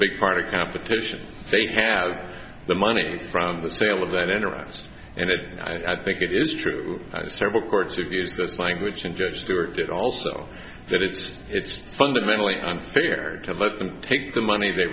big part of competition they have the money from the sale of that interest and it i think it is true several courts of use that language and judge stewart did also that it's it's fundamentally unfair to let them take the money they